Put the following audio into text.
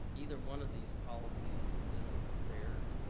either one of these policies isn't fair.